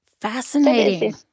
Fascinating